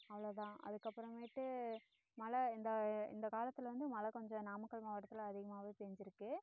அவ்வளோ தான் அதுக்கப்புறமேட்டு மழை இந்த இந்த காலத்தில் வந்து மழை கொஞ்சம் நாமக்கல் மாவட்டத்தில் அதிகமாகவே பெஞ்சிருக்கு